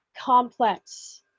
complex